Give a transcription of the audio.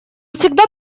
всегда